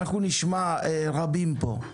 אנחנו נשמע דוברים רבים פה.